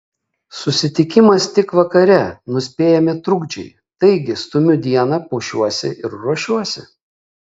susitikimas tik vakare nuspėjami trukdžiai taigi stumiu dieną puošiuosi ir ruošiuosi